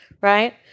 right